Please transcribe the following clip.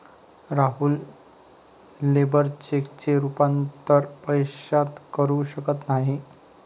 Rahul labour चेकचे रूपांतर पैशात करू शकत नाही